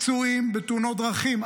פצועים בתאונות דרכים.